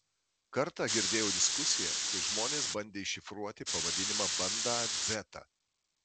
kartą girdėjau diskusiją kai žmonės bandė iššifruoti pavadinimą bandą dzeta